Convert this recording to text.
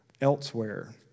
elsewhere